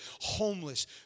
homeless